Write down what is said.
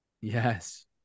Yes